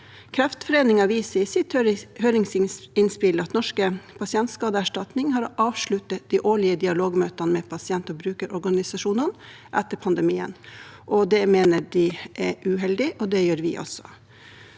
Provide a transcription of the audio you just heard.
Kreftforeningen viser i sitt høringsinnspill til at Norsk pasientskadeerstatning har avsluttet de årlige dialogmøtene med pasient- og brukerorganisasjonene etter pandemien. Det mener de er uheldig, og det gjør vi også.